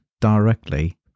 directly